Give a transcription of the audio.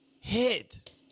hit